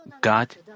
God